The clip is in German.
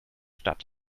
stadt